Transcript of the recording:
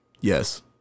Yes